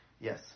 yes